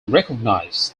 recognize